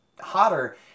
hotter